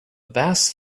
vast